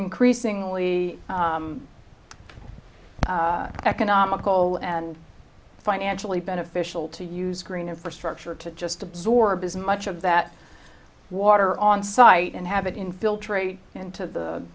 increasingly economical and financially beneficial to use green infrastructure to just absorb as much of that water on site and have it infiltrate into the